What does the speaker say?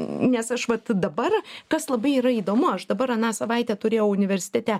nes aš vat dabar kas labai yra įdomu aš dabar aną savaitę turėjau universitete